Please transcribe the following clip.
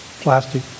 plastic